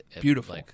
Beautiful